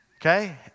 okay